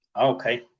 okay